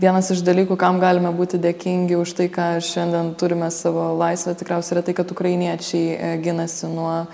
vienas iš dalykų kam galime būti dėkingi už tai ką ir šiandien turime savo laisvę tikriausiai yra tai kad ukrainiečiai ginasi nuo